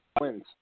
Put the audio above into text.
wins